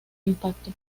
impacto